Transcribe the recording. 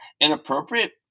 inappropriate